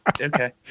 Okay